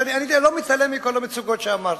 ואני לא מתעלם מכל המצוקות שאמרתי,